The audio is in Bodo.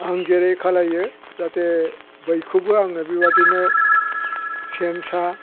आं जेरै खालामो जाहाथे बायखौबो आङो बेबायदिनो सेन सा